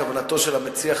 כוונתו של המציע,